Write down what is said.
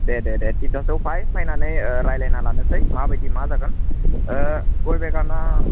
दे दे दे तिनथासोआव फाय फायनानै रायज्लायना लानोसै माबादि मा जागोन गय बागाना